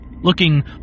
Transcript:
looking